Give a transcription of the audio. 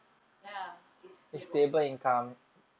ya it's stable